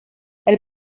elle